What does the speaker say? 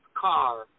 car